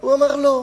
הוא אמר "לא".